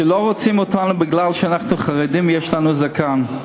שלא רוצים אותנו מפני שאנחנו חרדים, יש לנו זקן.